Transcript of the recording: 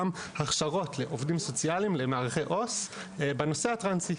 גם הכשרות לעובדים סוציאליים למערכי עו"ס בנושא הטרנסי.